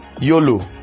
Yolo